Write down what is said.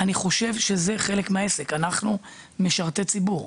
אני חושב שזה חלק מהעסק אנחנו משרתי ציבור,